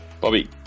Bobby